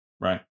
Right